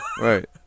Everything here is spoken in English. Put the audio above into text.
Right